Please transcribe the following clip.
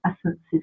essences